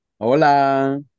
Hola